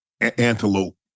Antelope